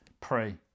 pray